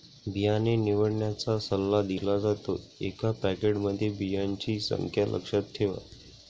बियाणे निवडण्याचा सल्ला दिला जातो, एका पॅकेटमध्ये बियांची संख्या लक्षात ठेवा